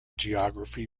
geography